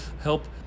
help